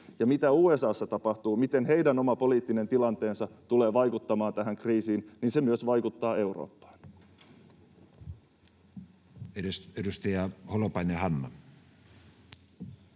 se, mitä USA:ssa tapahtuu, miten heidän oma poliittinen tilanteensa tulee vaikuttamaan tähän kriisiin, vaikuttaa myös Eurooppaan. [Speech 73] Speaker: